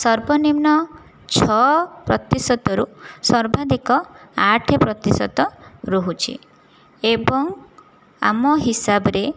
ସର୍ବନିମ୍ନ ଛଅ ପ୍ରତିଶତରୁ ସର୍ବାଧିକ ଆଠ ପ୍ରତିଶତ ରହୁଛି ଏବଂ ଆମ ହିସାବରେ